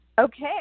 Okay